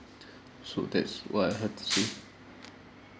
so that's what I have to say